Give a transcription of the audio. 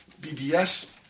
BBS